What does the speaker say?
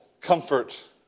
comfort